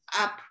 up